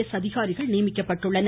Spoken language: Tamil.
எஸ் அதிகாரிகள் நியமிக்கப்பட்டுள்ளனர்